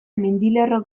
mendilerro